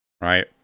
right